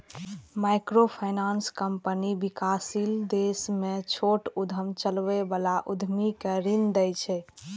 microfinance company विकासशील देश मे छोट उद्यम चलबै बला उद्यमी कें ऋण दै छै